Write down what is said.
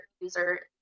user